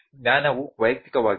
ಜ್ಞಾನವು ವೈಯಕ್ತಿಕವಾಗಿದೆ